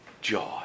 Joy